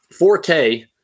4K